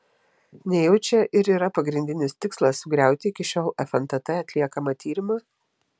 nejau čia ir yra pagrindinis tikslas sugriauti iki šiol fntt atliekamą tyrimą